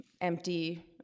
empty